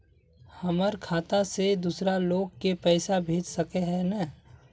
हमर खाता से दूसरा लोग के पैसा भेज सके है ने?